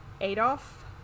Adolf